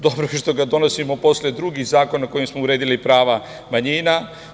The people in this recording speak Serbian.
Dobro je što ga donosimo posle drugih zakona kojima smo uredili prava manjina.